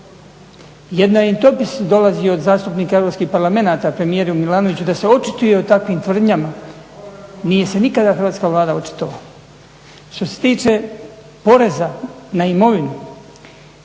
Jedna … dolazi od zastupnika europskih parlamenata premijeru Milanoviću da se očituje u takvim tvrdnjama, nije se nikada Hrvatska Vlada očitovala. Što se tiče poreza na mirovinu,